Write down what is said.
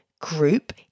group